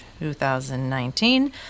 2019